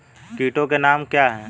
कीटों के नाम क्या हैं?